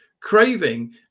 Craving